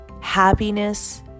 happiness